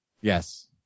Yes